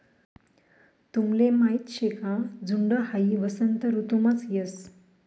तुमले माहीत शे का झुंड हाई वसंत ऋतुमाच येस